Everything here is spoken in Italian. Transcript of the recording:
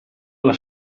alla